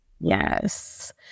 Yes